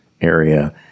area